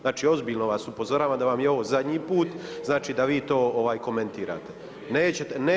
Znači ozbiljno vas upozoravam da vam je ovo zadnji put, znači da vi to komentirate.